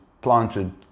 planted